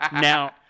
Now